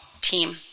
team